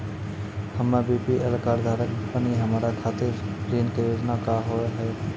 हम्मे BPL card धारक बानि हमारा खातिर ऋण के योजना का होव हेय?